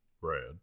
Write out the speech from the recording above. bread